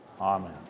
Amen